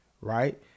right